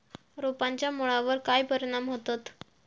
रोपांच्या मुळावर काय परिणाम होतत?